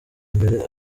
imbere